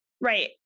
Right